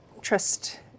trust